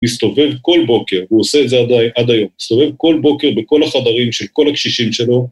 מסתובב כל בוקר, הוא עושה את זה עד היום, מסתובב כל בוקר בכל החדרים של כל הקשישים שלו.